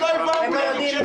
לא הבנתי.